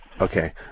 Okay